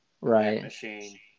Right